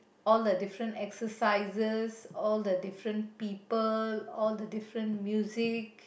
all the different exercises all the different people all the different music